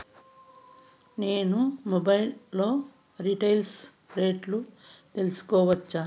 నేను మొబైల్ లో రీటైల్ రేట్లు తెలుసుకోవచ్చా?